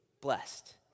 blessed